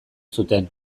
zuten